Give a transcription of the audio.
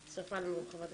חבר'ה, שיהיה לנו יום מוצלח.